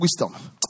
wisdom